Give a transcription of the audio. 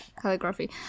calligraphy